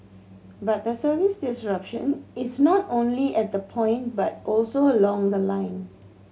but the service disruption is not only at the point but also along the line